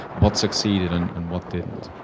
what succeeded and and what didn't.